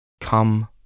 Come